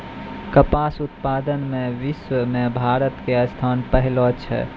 कपास उत्पादन मॅ विश्व मॅ भारत के स्थान पहलो छै